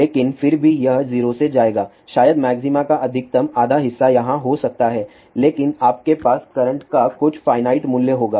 लेकिन फिर भी यह 0 से जाएगा शायद मैक्सिमा का अधिकतम आधा हिस्सा यहां हो सकता है लेकिन आपके पास करंट का कुछ फाइनाइट मूल्य होगा